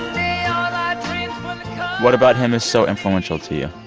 um ah what about him is so influential to you?